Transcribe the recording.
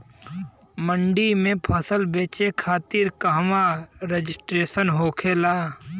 मंडी में फसल बेचे खातिर कहवा रजिस्ट्रेशन होखेला?